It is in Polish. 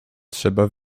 trzeba